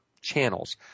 channels